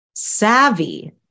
savvy